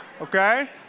Okay